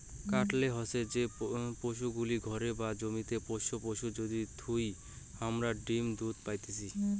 কাটেল হসে যে পশুগুলি ঘরে বা জমিতে পোষ্য পশু যাদির থুই হামারা ডিম দুধ পাইতেছি